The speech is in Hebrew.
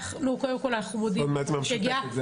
קודם כול אנחנו מודים לסגן השר שהגיע.